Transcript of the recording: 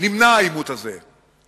נמנע העימות הזה.